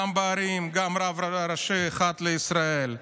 גם בערים וגם רב ראשי אחד לישראל.